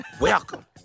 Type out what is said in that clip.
welcome